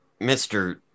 Mr